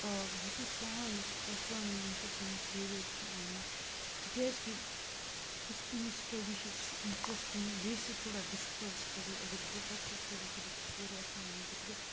بہٕ چھُس چاہان یُس اٮ۪سٹرٛونامی چھِ پنٛنِس کیریَرَس منٛز اَنُن تِکیٛازِکہِ یُس اَمِچ سٹَڈی چھِ سُہ چھِ اِنٹرٛسٹِنٛگ بیٚیہِ چھِ سُہ تھوڑا ڈِفکَلٹ سٹَڈی اگر بہٕ ہٮ۪کہٕ سُہ سٹَڈی کٔرِتھ سُہ چھِ واریاہ اَصٕل میٛانہِ خٲطرٕ